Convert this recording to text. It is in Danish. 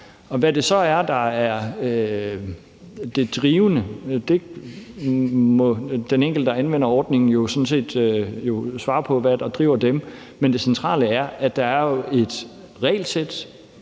Hvad det så er, der er det drivende, må den enkelte, der anvender ordningen, jo sådan set selv svare på, altså hvad der driver dem. Men det centrale er, at der jo er et regelsæt: